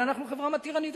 אבל אנחנו חברה מתירנית,